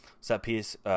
set-piece